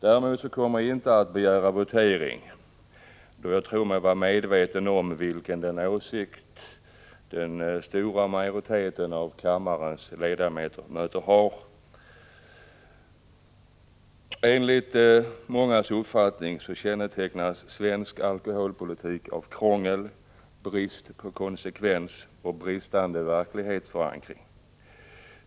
Däremot kommer jag inte att begära votering, då jag tror mig vara medveten om vilken åsikt den stora majoriteten av kammarens ledamöter har. Enligt mångas uppfattning kännetecknas svensk alkoholpolitik av krångel, brist på konsekvens och bristande verklighetsförankring.